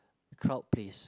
crowd place